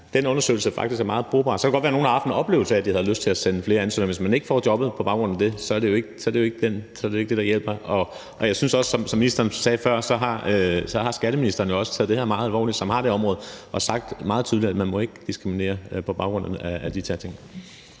den undersøgelse faktisk er meget brugbar. Så kan det godt være, at nogen har haft en oplevelse af, at de havde lyst til at sende flere ansøgninger, men hvis man ikke får jobbet på baggrund af det, er det jo ikke det, der hjælper. Jeg synes også, som ministeren sagde før, at skatteministeren, som har det her område, har taget det her meget alvorligt og sagt meget tydeligt, at man ikke må diskriminere på baggrund af de her ting.